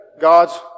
God's